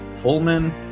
Pullman